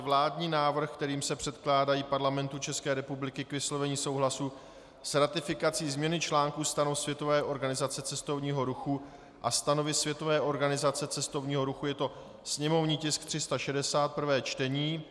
Vládní návrh, kterým se předkládají Parlamentu České republiky k vyslovení souhlasu s ratifikací změny článků Stanov Světové organizace cestovního ruchu a Stanovy Světové organizace cestovního ruchu /sněmovní tisk 360/ prvé čtení